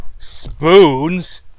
Spoons